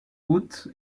haute